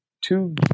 two